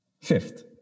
Fifth